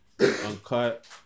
uncut